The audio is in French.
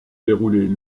dérouler